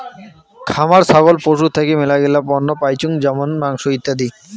খামার ছাগল পশু থাকি মেলাগিলা পণ্য পাইচুঙ যেমন মাংস, ইত্যাদি